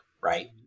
right